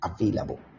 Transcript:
Available